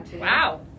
Wow